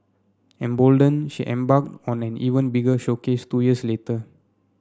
emboldened she embarked on an even bigger showcase two years later